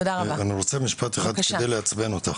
אני רוצה משפט אחד כדי לעצבן אותך.